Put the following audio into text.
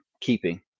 keeping